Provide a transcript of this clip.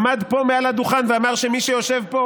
עמד פה מעל הדוכן ואמר שמי שיושבים פה